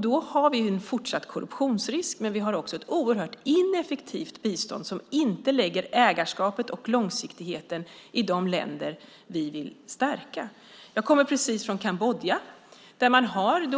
Då har vi en fortsatt korruptionsrisk, men vi har också ett oerhört ineffektivt bistånd, som inte lägger ägarskapet och långsiktigheten i de länder vi vill stärka. Jag kommer precis från Kambodja,